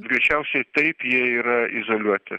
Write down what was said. greičiausiai taip jie yra izoliuoti